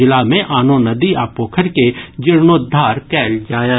जिला मे आनो नदी आ पोखरि के जीर्णोद्धार कयल जायत